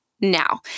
Now